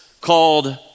called